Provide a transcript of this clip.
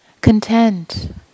Content